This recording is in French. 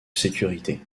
sécurité